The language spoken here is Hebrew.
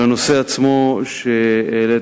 לנושא עצמו שהעליתם,